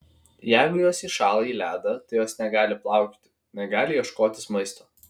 jeigu jos įšąla į ledą tai jos negali plaukioti negali ieškotis maisto